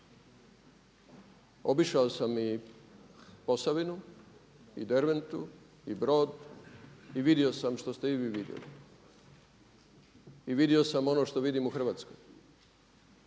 Obišao sam i Posavinu i Derventu i Brod i vidio sam što ste i vi vidjeli. I vidio sam ono što vidim u Hrvatskoj.